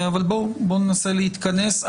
בואו ננסה להתכנס.